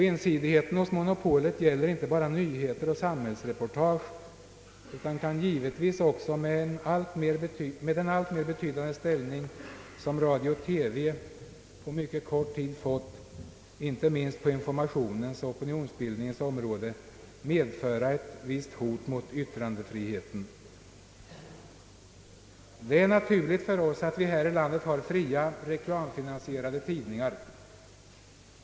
Ensidigheten hos monopolet gäller inte bara nyheter och samhällsreportage, utan kan givetvis också med den alltmer betydande ställning som radio TV på kort tid fått, inte minst på informationens och opinionsbildningens område, medföra ett hot mot yttrandefriheten. Det är naturligt för oss att vi här i landet har fria, reklamfinansierade tidningar.